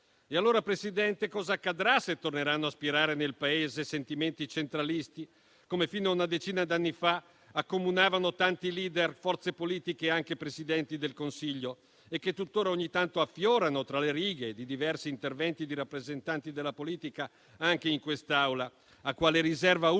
Signor Presidente, cosa accadrà se torneranno spirare nel Paese sentimenti centralisti, come quelli che, fino a una decina d'anni fa, accomunavano tanti *leader*, forze politiche, anche Presidenti del Consiglio e che tuttora, ogni tanto, affiorano tra le righe di diversi interventi di rappresentanti della politica, anche in quest'Aula? A quale riserva ultima